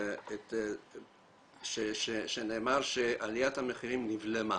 שמעתי כאן שנאמר שעליית המחירים נבלמה,